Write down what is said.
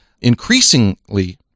increasingly